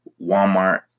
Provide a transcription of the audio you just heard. Walmart